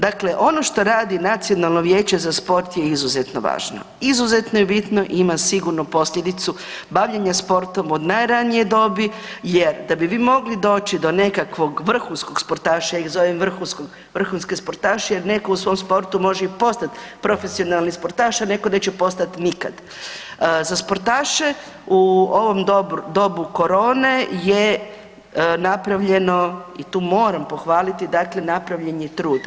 Dakle, ono što radi Nacionalno vijeće za sport je izuzetno važno, izuzetno je bitno i ima sigurno posljedicu bavljenja sportom od najranije dobi jer da bi vi mogli doći do nekakvog vrhunskog sportaša, ja ih zove vrhunski sportaši jer neko u svom sportu može i postat profesionalni sportaš, a neko neće postat nikad, za sportaše u ovom dobu korone je napravljeno i tu moram pohvaliti, dakle napravljen trud.